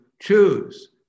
choose